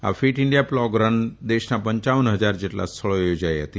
આ fit India plog run દેશના પંચાવન ફજાર જેટલા સ્થળોએ યોજાઇ હતી